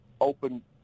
open